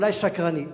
אולי שקרני,